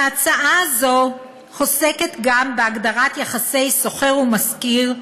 ההצעה הזאת עוסקת גם בהגדרת יחסי שוכר ומשכיר,